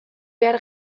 behar